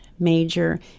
major